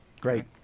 Great